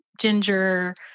ginger